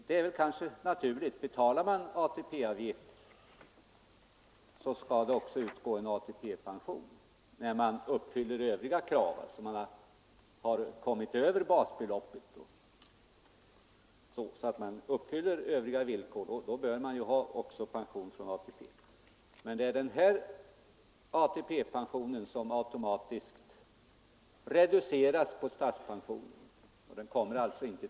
Det är väl också naturligt: betalar man ATP-avgift, skall det även utgå en ATP-pension, om man uppfyller övriga krav för en sådan. När inkomsten överstiger basbeloppet och man uppfyller övriga villkor för ATP-pension bör man också ha en sådan. ATP-pensionen reduceras dock automatiskt mot statspensionen och får då inte fullt genomslag.